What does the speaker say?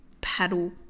paddle